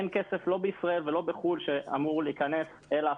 אין כסף לא בישראל ולא בחוץ לארץ שאמור להיכנס אל